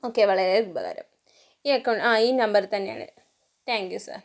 okay വളരെ ഉപകാരം ഈ അക്കൗണ്ടിൽ അതെ ഈ നമ്പറിൽ തന്നെയാണ് താങ്ക് യു സർ